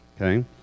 okay